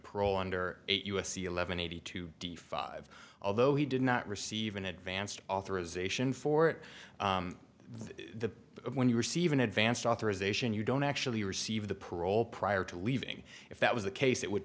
parole onder eight u s c eleven eighty two d five although he did not receive an advanced authorization for it the when you receive an advanced authorization you don't actually receive the parole prior to leaving if that was the case it would